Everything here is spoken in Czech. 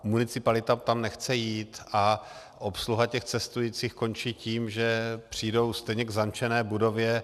Municipalita tam nechce jít a obsluha těch cestujících končí tím, že přijdou stejně k zamčené budově.